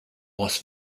las